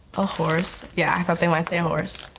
a horse, yeah i thought they might say a horse.